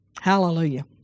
Hallelujah